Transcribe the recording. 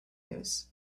news